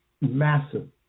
massive